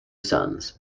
sons